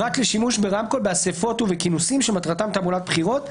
פרט לשימוש ברמקול באספות ובכינוסים שמטרתם תעמולת בחירות.